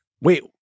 Wait